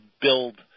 build –